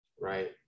Right